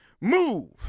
move